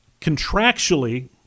contractually